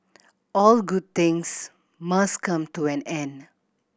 all good things must come to an end